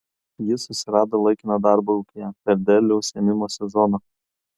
jis susirado laikiną darbą ūkyje per derliaus ėmimo sezoną